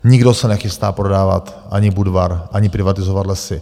Nikdo se nechystá prodávat ani Budvar, ani privatizovat Lesy.